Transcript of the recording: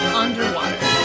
underwater